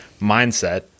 mindset